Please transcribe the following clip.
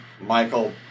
Michael